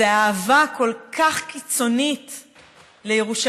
זו אהבה כל כך קיצונית לירושלים,